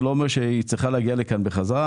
זה לא אומר שהיא צריכה להגיע לכאן בחזרה.